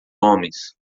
homens